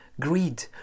Greed